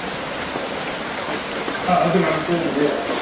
आहो दकाना उपर गै और कुत्थे जाना